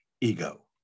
ego